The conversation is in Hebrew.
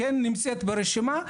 כן נמצא ברשימה,